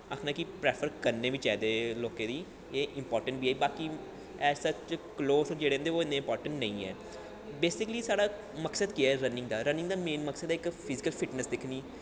आखना कि प्रैफर करने बी चाहिदे लोकें गी एह् इंपार्टैंट बी ऐ बाकी बैसे कलोथ जेह्के होंदे ओह् इंपार्टैंट निं हैन बेसिकली साढ़ा मकसद केह् ऐ रनिंग दा रनिंग दा मेन मकसद केह् ऐ फिजिकल फिटनैस्स दिक्खनी